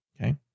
Okay